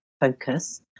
focus